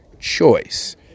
choice